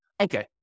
Okay